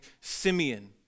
Simeon